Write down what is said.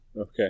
Okay